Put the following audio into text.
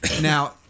Now